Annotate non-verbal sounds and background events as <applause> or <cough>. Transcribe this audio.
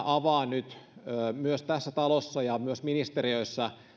<unintelligible> avaa tässä talossa ja myös ministeriöissä